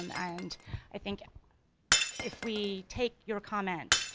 um and i think if we take your comment,